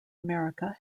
america